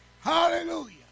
Hallelujah